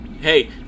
hey